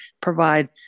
provide